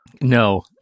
No